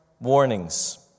warnings